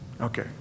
Okay